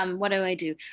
um what do i do?